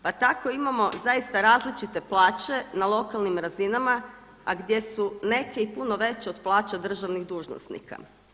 Pa tako imamo zaista različite plaće na lokalnim razinama a gdje su neke i puno veće od plaća državnih dužnosnika.